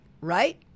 right